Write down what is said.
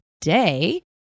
Day